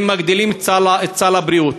שמגדילים את סל הבריאות.